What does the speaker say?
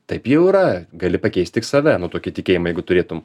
taip jau yra gali pakeist tik save nu tokį tikėjimą jeigu turėtum